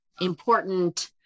important